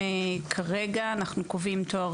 וכרגע אנחנו קובעים תואר